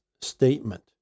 statement